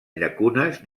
llacunes